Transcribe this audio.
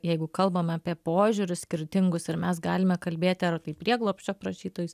jeigu kalbame apie požiūrius skirtingus ir mes galime kalbėti ar tai prieglobsčio prašytojus